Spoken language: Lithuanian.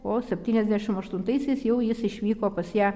o septyniasdešim aštuntaisiais jau jis išvyko pas ją